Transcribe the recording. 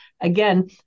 Again